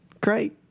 Great